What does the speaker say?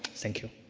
thank you.